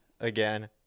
again